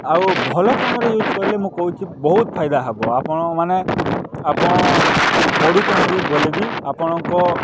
ଆଉ ଭଲ କାମରେ ୟୁଜ୍ କଲେ ମୁଁ କହୁଛି ବହୁତ ଫାଇଦା ହେବ ଆପଣମାନେ ଆପଣ ପଢ଼ୁଛନ୍ତି ବୋଲିବି ଆପଣଙ୍କ